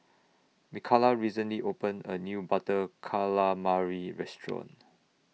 Mikalah recently opened A New Butter Calamari Restaurant